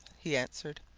he answered.